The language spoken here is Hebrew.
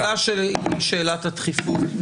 השאלה שלי היא שאלת הדחיפות.